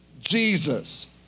Jesus